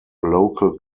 local